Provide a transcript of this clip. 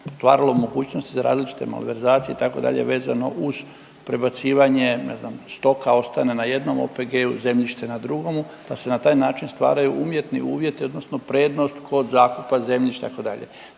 otvaralo mogućnosti za različite malverzacije itd. vezano uz prebacivanje, ne znam, stoka ostane na jednom OPG-u, zemljište na drugomu, pa se na taj način stvaraju umjetni uvjeti odnosno prednost kod zakupa zemljišta itd., tu je